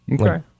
Okay